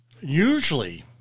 usually